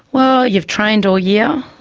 well, you've trained all year.